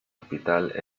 hospital